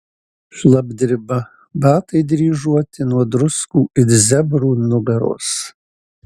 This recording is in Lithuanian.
šlapdriba batai dryžuoti nuo druskų it zebrų nugaros